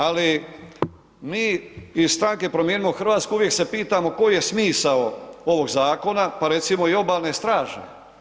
Ali, mi iz stranke Promijenimo Hrvatsku uvijek se pitamo koji je smisao ovog zakona pa recimo i obalne straže.